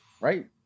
right